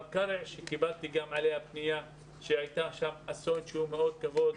קארה שגם לגביה קיבלתי פניה כי שם היה אסון מאוד כבד.